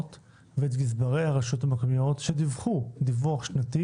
ואת גזברי הרשויות המקומיות שדיווחו דיווח שנתי